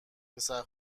پسر